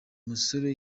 musore